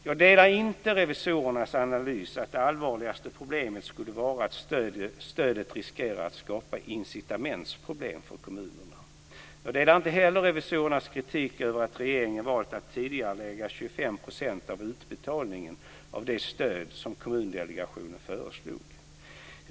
Jag delar inte revisorernas analys att det allvarligaste problemet skulle vara att stödet riskerar att skapa incitamentsproblem för kommunerna. Jag delar heller inte revisorernas kritik över att regeringen valt att tidigarelägga 25 % av utbetalningen av det stöd som Kommundelegationen föreslog.